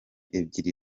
ebyiri